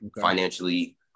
financially